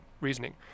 reasoning